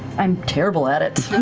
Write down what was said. i'm terrible at it.